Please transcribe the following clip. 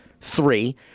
three